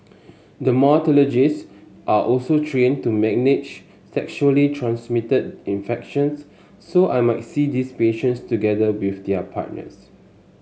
dermatologist are also trained to manage sexually transmitted infections so I might see these patients together with their partners